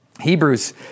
Hebrews